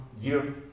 year